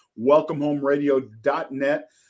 welcomehomeradio.net